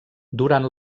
durant